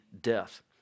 death